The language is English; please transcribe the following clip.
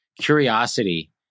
curiosity